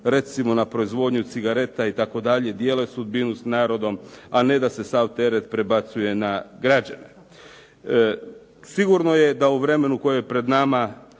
recimo na proizvodnju cigareta itd., dijele sudbinu s narodom, a ne da se sav teret prebacuje na građane. Sigurno je da u vremenu koje je pred nama